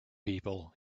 people